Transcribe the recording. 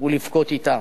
ולבכות אתם.